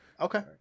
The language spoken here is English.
okay